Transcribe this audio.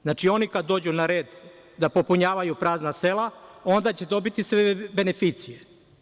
Znači, oni kad dođu na red da popunjavaju prazna sela, onda će dobiti beneficije.